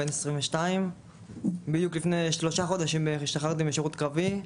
בן 22. לפני שלושה חודשים בערך השתחררתי משירות קרבי.